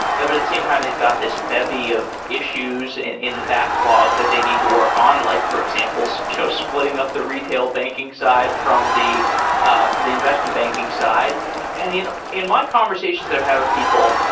ah but at the same time they've got this bevy of issues and in the backlog that they need to work on, like for example, so so splitting up the retail banking side from the ah from the investment banking side and in in my conversations that i've had with people,